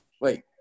Wait